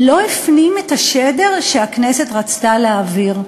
לא הפנים את השדר שהכנסת רצתה להעביר.